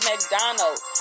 McDonald's